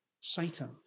Satan